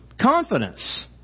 confidence